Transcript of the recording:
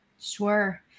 Sure